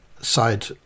side